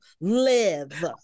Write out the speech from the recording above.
live